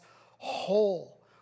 whole